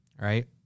right